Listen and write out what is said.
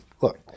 look